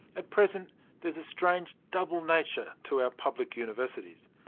at present there is a strange double nature to our public universities.